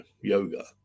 yoga